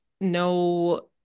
no